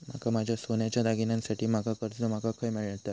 माका माझ्या सोन्याच्या दागिन्यांसाठी माका कर्जा माका खय मेळतल?